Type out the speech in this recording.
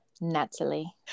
Natalie